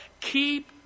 Keep